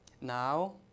Now